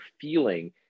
feeling